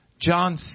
John